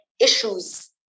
issues